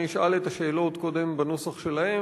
אני אשאל את השאלות קודם בנוסח שלהן